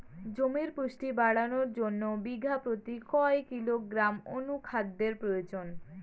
জমির পুষ্টি বাড়ানোর জন্য বিঘা প্রতি কয় কিলোগ্রাম অণু খাদ্যের প্রয়োজন?